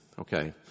okay